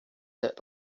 that